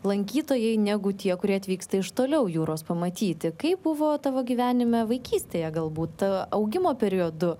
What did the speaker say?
lankytojai negu tie kurie atvyksta iš toliau jūros pamatyti kaip buvo tavo gyvenime vaikystėje galbūt augimo periodu